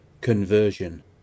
Conversion